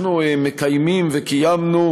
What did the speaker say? אנחנו מקיימים וקיימנו